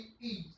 east